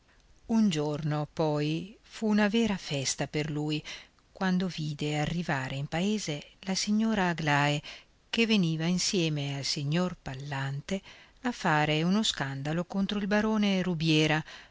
un giorno poi fu una vera festa per lui quando si vide arrivare in paese la signora aglae che veniva insieme al signor pallante a fare uno scandalo contro il barone rubiera